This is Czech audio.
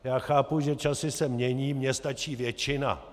Já chápu, že časy se mění, mně stačí většina.